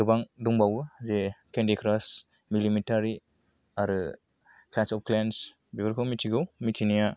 गोबां दंबावो जे केन्दि क्रास लिमितारि आरो क्लेस अप क्लेन्स बेफोरखौ मिथिगौ मिथिनाया